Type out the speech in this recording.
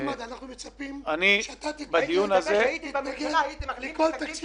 חמד עמאר, אנחנו מצפים שאתה תתנגד לכל תקציב